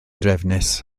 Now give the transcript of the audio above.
drefnus